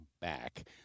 back